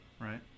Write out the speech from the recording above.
Right